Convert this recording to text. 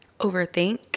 overthink